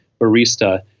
barista